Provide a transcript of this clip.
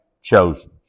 chosen